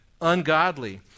ungodly